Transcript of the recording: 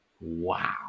Wow